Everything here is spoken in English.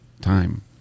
time